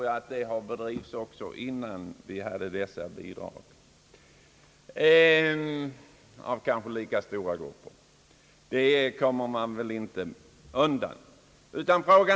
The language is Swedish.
Jag anser att sådana sysselsättningar har bedrivits av kanske lika stora grupper innan studenterna hade dessa bidrag.